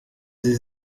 sie